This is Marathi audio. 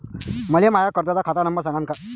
मले माया कर्जाचा खात नंबर सांगान का?